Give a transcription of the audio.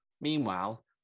Meanwhile